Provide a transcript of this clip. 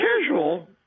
casual